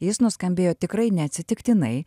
jis nuskambėjo tikrai neatsitiktinai